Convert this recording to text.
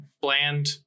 bland